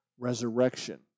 Resurrection